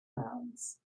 mounds